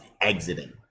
Exiting